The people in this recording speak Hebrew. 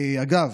אגב,